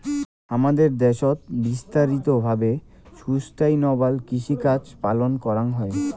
হামাদের দ্যাশোত বিস্তারিত ভাবে সুস্টাইনাবল কৃষিকাজ পালন করাঙ হই